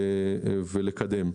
ולענות ולקדם.